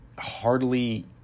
hardly